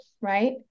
right